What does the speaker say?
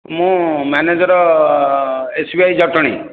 ମୁଁ manager S B I Jatani